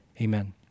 Amen